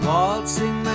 Waltzing